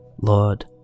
Lord